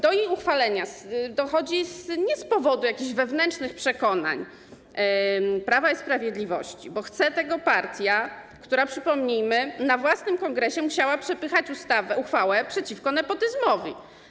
Do jej uchwalenia dochodzi nie z powodu jakichś wewnętrznych przekonań Prawa i Sprawiedliwości, bo chce tego partia, która, przypomnijmy, na własnym kongresie musiała przepychać uchwałę przeciwko nepotyzmowi.